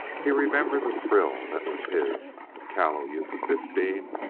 he remembered the thrill that was his, a callow youth of fifteen,